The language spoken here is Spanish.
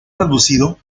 reducido